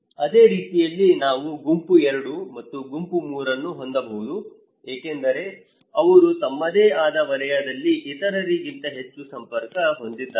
ಅದೇ ರೀತಿಯಲ್ಲಿ ನಾವು ಗುಂಪು 2 ಮತ್ತು ಗುಂಪು 3 ಅನ್ನು ಹೊಂದಬಹುದು ಏಕೆಂದರೆ ಅವರು ತಮ್ಮದೇ ಆದ ವಲಯದಲ್ಲಿ ಇತರರಿಗಿಂತ ಹೆಚ್ಚು ಸಂಪರ್ಕ ಹೊಂದಿದ್ದಾರೆ